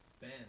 Ben